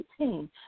2018